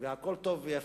והכול טוב ויפה,